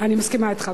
אני מסכימה אתך.